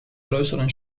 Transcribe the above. größeren